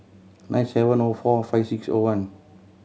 nine seven O four five six O one